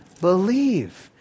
believe